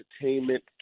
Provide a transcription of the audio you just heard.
Entertainment